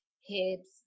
hips